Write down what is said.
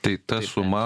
tai ta suma